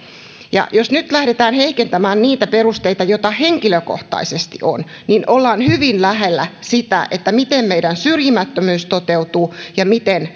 ja jos nyt lähdetään heikentämään niitä perusteita joita henkilökohtaisesti on niin ollaan hyvin lähellä sitä miten meillä syrjimättömyys toteutuu ja miten